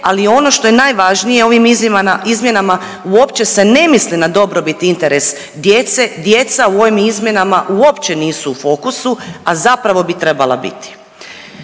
ali ono što je najvažnije ovim izmjenama uopće se ne misli na dobrobit i interes djece, djeca u ovim izmjenama uopće nisu u fokusu, a zapravo bi trebala biti.